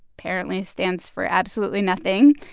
apparently, stands for absolutely nothing,